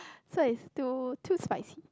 so it's still too spicy